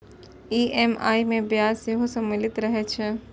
EMI मे ब्याज सेहो सम्मिलित रहै छै